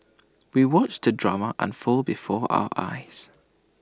we watched the drama unfold before our eyes